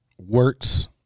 works